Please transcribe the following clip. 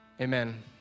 amen